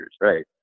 right